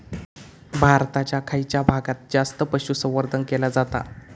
भारताच्या खयच्या भागात जास्त पशुसंवर्धन केला जाता?